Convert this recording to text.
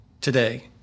today